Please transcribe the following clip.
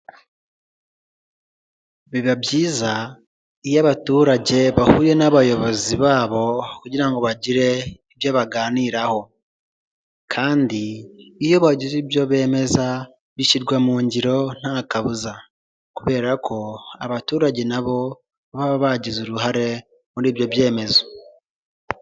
Biiba byiza iyo abaturage bahuye n'abayobozi babo kugira ngo bagire ibyo baganiraho, kandi iyo bagize ibyo bemeza bishyirwa mu ngiro nta kabuza, kubera ko abaturage nabo baba bagize uruhare muri ibyo byemezo.